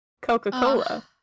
Coca-Cola